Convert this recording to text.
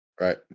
Right